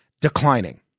declining